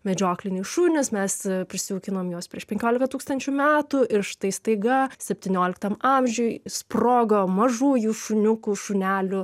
medžiokliniai šunys mes prisijaukinom juos prieš penkiolika tūkstančių metų ir štai staiga septynioliktam amžiuj išsprogo mažųjų šuniukų šunelių